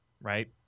right